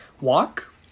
Walk